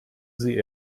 sie